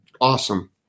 Awesome